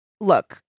look